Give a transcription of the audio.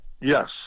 Yes